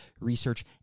research